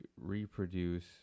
reproduce